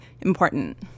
important